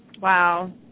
Wow